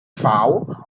fowl